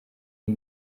iyi